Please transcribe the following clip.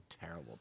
terrible